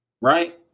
right